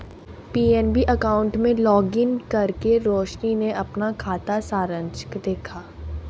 PNB account में login करके रोशनी ने अपना खाता सारांश देखा